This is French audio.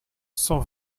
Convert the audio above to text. cent